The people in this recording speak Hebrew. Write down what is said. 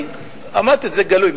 אמרתי את זה גלוי,